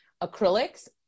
acrylics